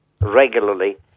regularly